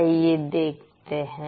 आइए देखते हैं